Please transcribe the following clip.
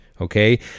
okay